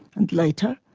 and later,